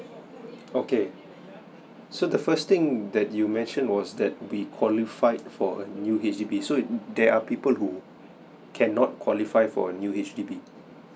okay so the first thing that you mentioned was that we qualified for a new H_D_B so there are people who cannot qualify for a new H_D_B